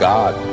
God